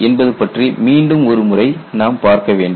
என்பது பற்றி மீண்டும் ஒரு முறை நாம் பார்க்க வேண்டும்